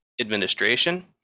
administration